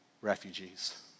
refugees